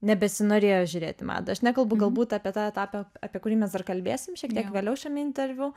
nebesinorėjo žiūrėt į madą aš nekalbu galbūt apie tą etapą apie kurį mes dar kalbėsim šiek tiek vėliau šiame interviu